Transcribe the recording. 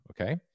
Okay